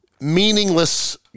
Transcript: Meaningless